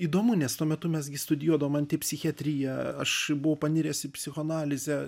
įdomu nes tuo metu mes gi studijuodavom antipsichiatriją aš buvau paniręs į psichoanalizę